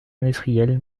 industriel